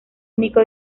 único